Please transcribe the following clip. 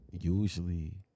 Usually